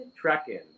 trekking